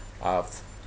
uh